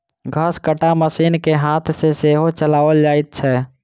घसकट्टा मशीन के हाथ सॅ सेहो चलाओल जाइत छै